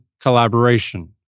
collaboration